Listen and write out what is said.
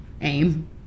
Aim